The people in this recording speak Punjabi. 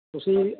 ਤੁਸੀਂ